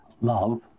love